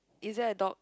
it's that a dog